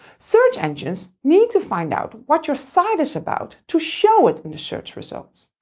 search engines need to find out what your site is about to show it in the search results.